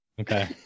Okay